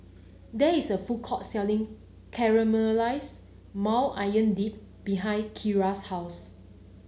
there is a food court selling Caramelize Maui Onion Dip behind Kiera's house